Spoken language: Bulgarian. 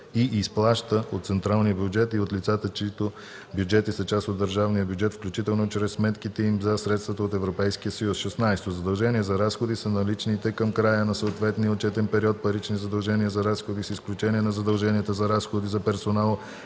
и изплаща от централния бюджет и от лицата, чиито бюджети са част от държавния бюджет, включително чрез сметките им за средствата от Европейския съюз. 16. „Задължения за разходи” са наличните към края на съответния отчетен период парични задължения за разходи, с изключение на задълженията за разходи за персонал,